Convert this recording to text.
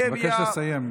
אני מבקש לסיים.